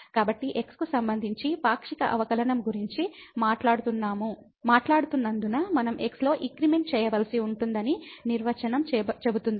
కాబట్టి x కు సంబంధించి పాక్షిక అవకలనం గురించి మాట్లాడుతున్నందున మనం x లో ఇంక్రిమెంట్ చేయవలసి ఉంటుందని నిర్వచనం చెబుతుంది